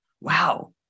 wow